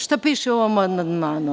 Šta piše u ovom amandmanu?